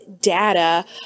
data